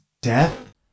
death